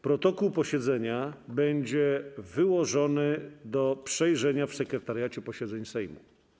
Protokół posiedzenia będzie wyłożony do przejrzenia w Sekretariacie Posiedzeń Sejmu.